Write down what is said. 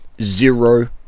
Zero